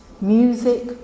Music